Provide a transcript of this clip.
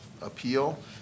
appeal